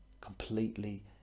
completely